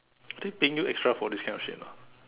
are they paying you extra for this kind of shit or not